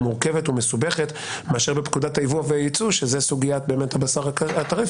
מורכבת ומסובכת מאשר בפקודת היבוא והיצוא זאת באמת סוגיית הבשר הטרף,